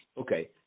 Okay